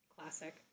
Classic